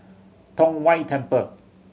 Tong Whye Temple